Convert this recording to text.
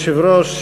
אדוני היושב-ראש,